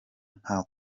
nka